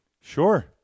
Sure